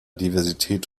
diversität